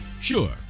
sure